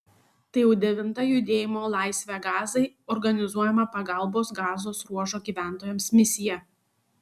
tai jau devinta judėjimo laisvę gazai organizuojama pagalbos gazos ruožo gyventojams misija